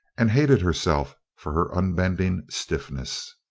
and hated herself for her unbending stiffness.